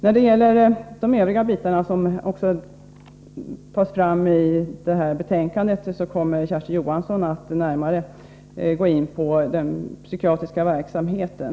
När det gäller övriga frågor som behandlas i utskottets betänkande kommer Kersti Johansson att närmare gå in på den psykiatriska verksamheten.